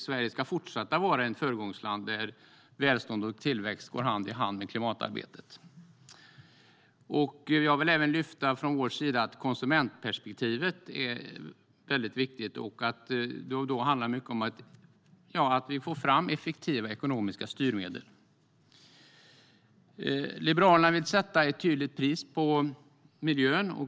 Sverige ska fortsätta att vara ett föregångsland där välstånd och tillväxt går hand i hand med klimatarbetet. Jag vill även från vår sida lyfta fram att konsumentperspektivet är väldigt viktigt. Det handlar mycket om att vi får fram effektiva ekonomiska styrmedel. Liberalerna vill sätta ett tydligt pris på miljön.